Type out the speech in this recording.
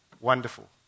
Wonderful